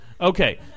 Okay